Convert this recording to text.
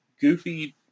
goofy